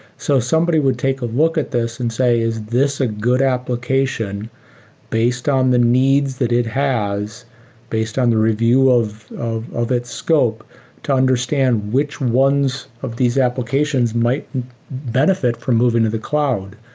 so somebody would take a look at this and say, is this a good application based on the needs that it has based on the review of of its scope to understand which ones of these applications might benefit from moving to the cloud?